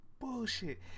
bullshit